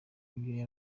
yari